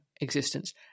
existence